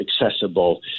accessible